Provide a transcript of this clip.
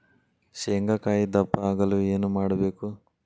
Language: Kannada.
ಶೇಂಗಾಕಾಯಿ ದಪ್ಪ ಆಗಲು ಏನು ಮಾಡಬೇಕು?